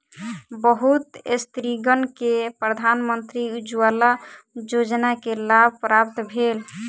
बहुत स्त्रीगण के प्रधानमंत्री उज्ज्वला योजना के लाभ प्राप्त भेल